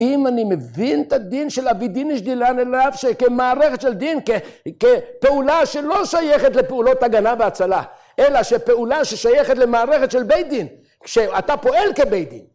‫אם אני מבין את הדין ‫של אבי דיניש דילן אליו ‫שכמערכת של דין, כפעולה ‫שלא שייכת לפעולות הגנה והצלה, ‫אלא שפעולה ששייכת למערכת ‫של בית דין, כשאתה פועל כבית דין.